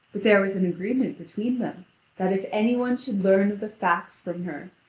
but there was an agreement between them that if any one should learn of the facts from her,